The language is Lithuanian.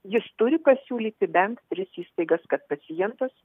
jis turi pasiūlyti bent tris įstaigas kad pacientas